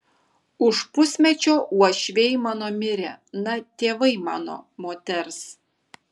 už pusmečio uošviai mano mirė na tėvai mano moters